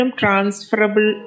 transferable